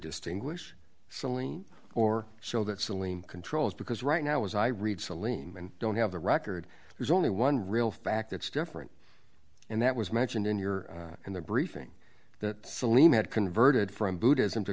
distinguish saline or so that saline controls because right now as i read saline and don't have the record there's only one real fact that's different and that was mentioned in your in the briefing that celine had converted from buddhism to